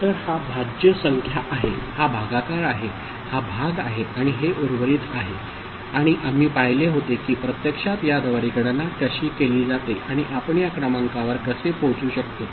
तर हा भाज्य संख्या आहे हा भागाकार आहे हा भाग आहे आणि हे उर्वरित आहे आणि आम्ही पाहिले होते की प्रत्यक्षात याद्वारे गणना कशी केली जाते आणि आपण या क्रमांकावर कसे पोहोचू शकतो